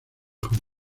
hong